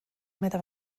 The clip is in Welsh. meddai